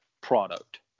product